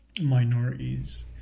minorities